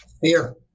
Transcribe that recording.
Fear